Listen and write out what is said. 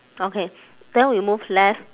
okay then we move left